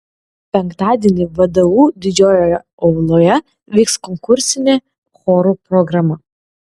penktadienį vdu didžiojoje auloje vyks konkursinė chorų programa